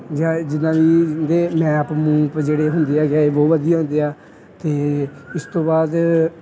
ਜਾਂ ਜਿੱਦਾਂ ਕਿ ਜਿਹਦੇ ਮੈਪ ਮੂਪ ਜਿਹੜੇ ਹੁੰਦੇ ਹੈਗੇ ਇਹ ਬਹੁਤ ਵਧੀਆ ਹੁੰਦੇ ਆ ਅਤੇ ਇਸ ਤੋਂ ਬਾਅਦ